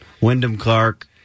Wyndham-Clark